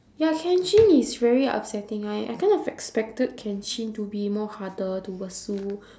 ya kenshin is very upsetting I I kind of expected kenshin to be more harder to pursue